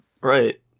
right